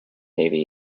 navy